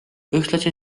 ühtlasi